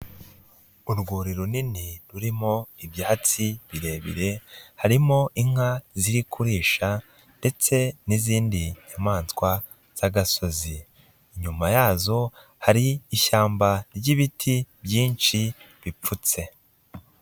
Urwuri runini, rurimo ibyatsi birebire, harimo inka ziri kurisha ndetse n'izindi nyamaswa z'agasozi, inyuma yazo hari ishyamba ry'ibiti byinshi bipfutse.